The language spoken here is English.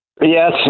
Yes